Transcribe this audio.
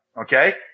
okay